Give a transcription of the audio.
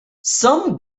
some